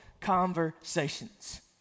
conversations